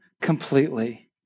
completely